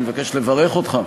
אני מבקש לברך אותך,